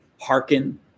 hearken